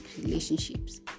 relationships